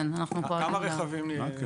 כן, אנחנו פועלים --- כמה רכבים באמת